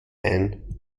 ein